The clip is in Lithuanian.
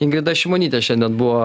ingrida šimonytė šiandien buvo